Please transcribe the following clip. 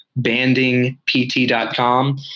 bandingpt.com